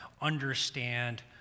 understand